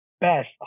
best